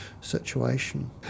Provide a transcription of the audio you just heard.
situation